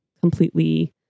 completely